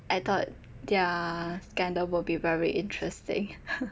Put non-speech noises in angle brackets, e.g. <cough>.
I thought their scandal would be very interesting <laughs>